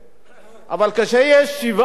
אבל כשיש שבעה צעירים